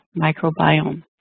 microbiome